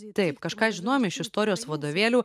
taip kažką žinojome iš istorijos vadovėlių